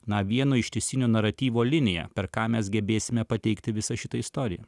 na vieno ištisinio naratyvo liniją per ką mes gebėsime pateikti visą šitą istoriją